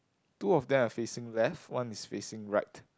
two of them are facing left one is facing right